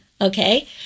okay